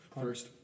First